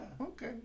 Okay